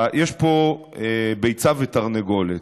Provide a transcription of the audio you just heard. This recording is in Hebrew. יש פה ביצה ותרנגולת.